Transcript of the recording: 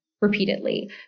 repeatedly